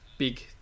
Big